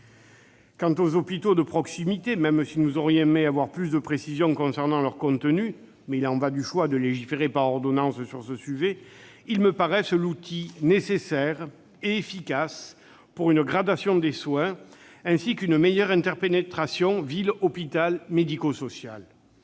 Quant aux hôpitaux de proximité, nous aurions certes aimé avoir plus de précisions concernant leur contenu, mais il y va du choix de légiférer par ordonnance sur ce sujet. Ils me paraissent l'outil nécessaire et efficace pour assurer une gradation des soins, ainsi qu'une meilleure interpénétration ville-hôpital-secteur médico-social.